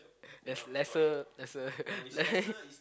less lesser lesser